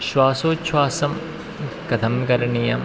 श्वासोछ्वासं कथं करणीयम्